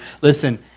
Listen